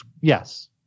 Yes